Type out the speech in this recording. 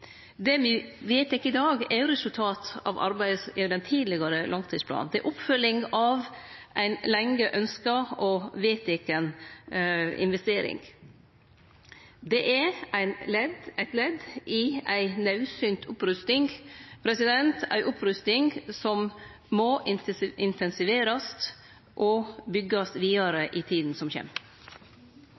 Det me vedtek i dag, er resultat av arbeid i den tidlegare langtidsplanen. Det er oppfølging av ei lenge ønskt og vedteken investering. Det er eit ledd i ei naudsynt opprusting – ei opprusting som må intensiverast og byggjast vidare i tida som kjem.